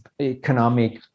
economic